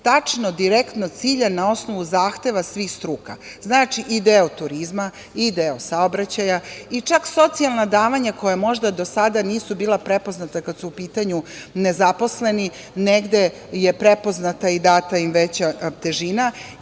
tačno direktno ciljan na osnovu zahteva svih struka. Znači, i deo turizma i deo saobraćaja i čak socijalna davanja koja možda do sada nisu bila prepoznata kada su u pitanju nezaposleni. Negde je prepoznata i data im veća težina,